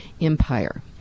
Empire